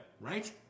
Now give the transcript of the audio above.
Right